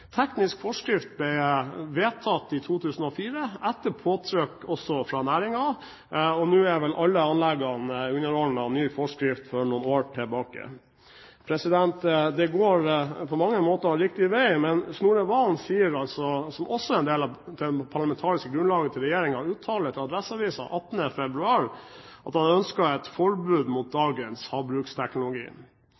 Teknisk forskrift ble vedtatt i 2004 etter påtrykk også fra næringen, og nå er vel alle anleggene underordnet ny forskrift for noen år tilbake. Det går på mange måter riktig vei. Men Snorre Serigstad Valen, som også er en del av det parlamentariske grunnlaget til regjeringen, uttaler til Adresseavisen 18. februar at han ønsker et forbud mot dagens havbruksteknologi. Da